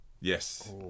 Yes